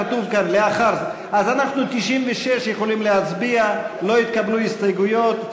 אז אנחנו יכולים להצביע על 96. לא התקבלו הסתייגויות.